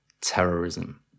Terrorism